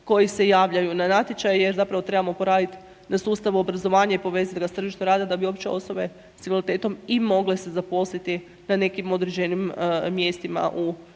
koji se javljaju na natječaj, jer zapravo trebamo poraditi da sustav obrazovanje i povezati ga s tržištem rada, da bi uopće osobe s invaliditetom i mogle se zaposliti na nekim određenim mjestima u